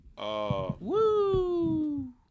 Woo